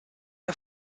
ihr